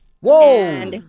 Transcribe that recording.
whoa